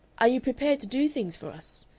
are you prepared to do things for us?